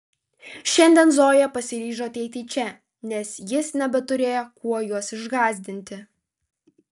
šiandien zoja pasiryžo ateiti čia nes jis nebeturėjo kuo jos išgąsdinti